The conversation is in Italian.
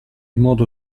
modo